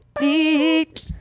need